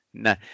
No